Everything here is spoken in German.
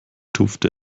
tupft